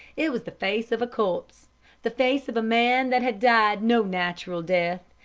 it was the face of a corpse the face of a man that had died no natural death.